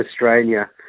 Australia